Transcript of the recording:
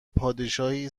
پادشاهی